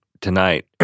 tonight